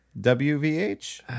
WVH